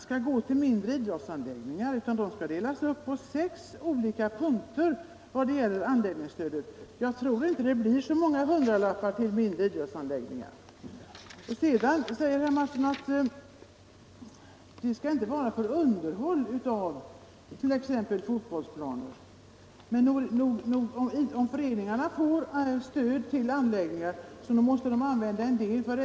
skall gå till mindre idrottsanläggningar, utan beloppet skall delas upp på sex olika punkter när det gäller anläggningsstödet, och då tror jag inte att det blir så många hundralappar till mindre idrottsanläggningar. Slutligen sade också herr Mattsson att pengarna inte skall gå till underhåll av t.ex. fotbollsplaner, men om föreningarna får stöd till anläggningar måste de väl ändå använda en del av pengarna till underhåll.